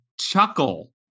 chuckle